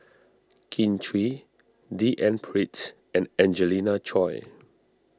Kin Chui D N Pritts and Angelina Choy